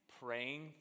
praying